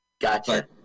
Gotcha